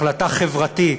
החלטה חברתית,